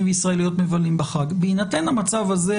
וישראליות מבלים בחג בהינתן המצב הזה,